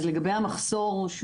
לגבי המחסור,